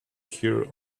here